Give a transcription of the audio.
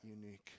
unique